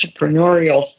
entrepreneurial